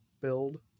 build